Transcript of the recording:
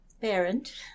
parent